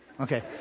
Okay